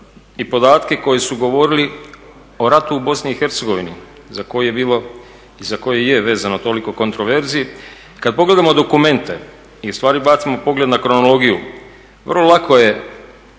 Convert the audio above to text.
i podatke koji su govorili o ratu u Bosni i Hercegovini za koji je bilo i za koji je vezano toliko kontraverzi. Kad pogledamo dokumente i u stvari bacimo pogled na kronologiju vrlo lako je